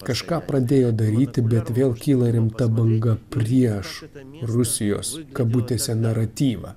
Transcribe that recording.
kažką pradėjo daryti bet vėl kyla rimta banga prieš rusijos kabutėse naratyvą